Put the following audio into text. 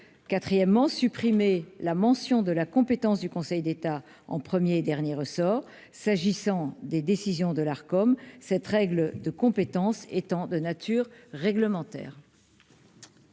quatrièmement, supprimer la mention de la compétence du Conseil d'État en premier et dernier ressort s'agissant des décisions de l'art, comme cette règle de compétence étant de nature réglementaire.